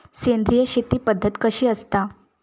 सेंद्रिय शेती पद्धत कशी असता?